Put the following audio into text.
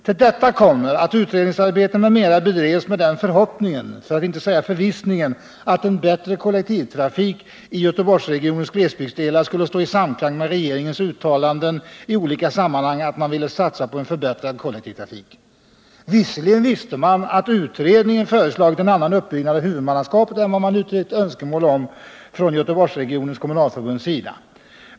Till detta kommer att utredningsarbete m.m. bedrevs med den förhoppningen — för att inte säga förvissningen — att en förbättrad kollektivtrafik i Göteborgsregionens glesbygdsdelar skulle stå i samklang med regeringens uttalanden i olika sammanhang att man ville satsa på en förbättrad kollektiv trafik. Visserligen visste man att utredningen föreslagit en annan uppbyggnad av huvudmannaskapet än vad man uttryckt önskemål om från Göteborgsregionens kommunalförbunds sida.